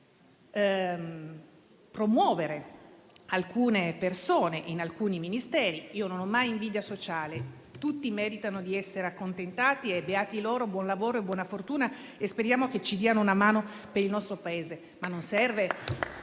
promuovere alcune persone in alcuni Ministeri. Io non ho mai invidia sociale; tutti meritano di essere accontentati e beati loro, buon lavoro e buona fortuna e speriamo che ci diano una mano per il nostro Paese.